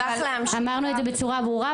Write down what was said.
אמרנו את זה בצורה ברורה.